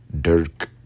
dirk